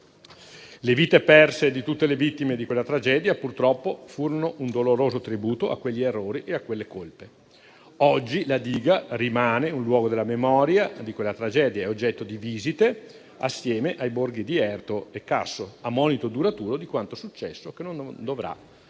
Le vite perse di tutte le vittime di quella tragedia, purtroppo, furono un doloroso tributo a quegli errori e a quelle colpe. Oggi la diga rimane un luogo della memoria di quella tragedia ed è oggetto di visite assieme ai borghi di Erto e Casso a monito duraturo di quanto successo e che non dovrà